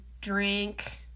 drink